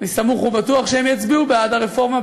אני סמוך ובטוח שהם יצביעו בעד הרפורמה,